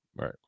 Right